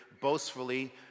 boastfully